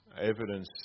evidence